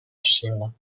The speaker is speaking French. chine